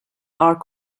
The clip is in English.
are